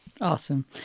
Awesome